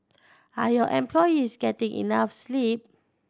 are your employees getting enough sleep